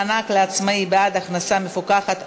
מענק לעצמאי בעד הכנסה מפוקחת),